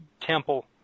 temple